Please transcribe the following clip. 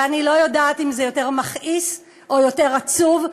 ואני לא יודעת אם זה יותר מכעיס או יותר עצוב,